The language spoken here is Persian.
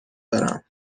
دارم